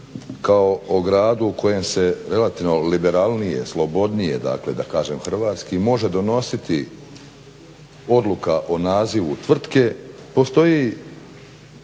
kao o gradu u kojem se relativno liberalnije, slobodnije dakle da kažem hrvatski, može donositi odluka o nazivu tvrtke postoji